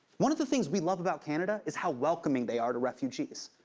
one of the things we love about canada is how welcoming they are to refugees.